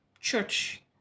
church